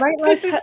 Right